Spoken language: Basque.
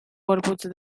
gorputz